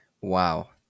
Wow